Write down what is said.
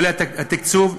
כולל התקצוב,